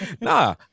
Nah